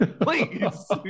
please